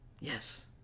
Yes